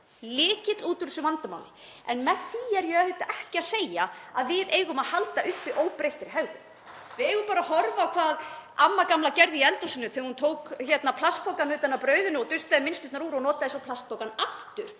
lykill út úr þessu vandamáli. En með því er ég ekki að segja að við eigum að halda óbreyttri hegðun. Við eigum bara að horfa á hvað amma gamla gerði í eldhúsinu þegar hún tók plastpokann utan af brauðinu og dustaði brauðmylsnurnar úr og notaði svo plastpokann aftur.